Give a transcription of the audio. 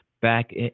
back